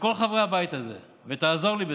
לכל חברי הבית הזה, ותעזור לי בזה,